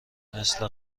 مثل